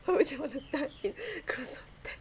how would you want to tuck in cause of that